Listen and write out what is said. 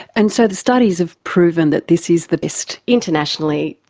and so the studies have proven that this is the best? internationally,